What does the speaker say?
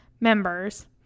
members